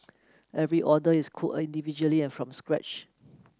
every order is cooked individually and from scratch